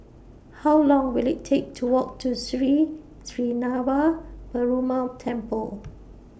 How Long Will IT Take to Walk to Sri Srinava Perumal Temple